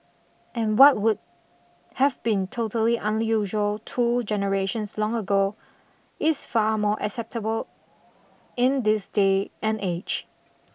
and what would have been totally unusual two generations long ago is far more acceptable in this day and age